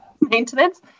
maintenance